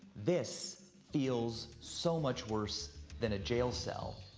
this feels so much worse than a jail cell.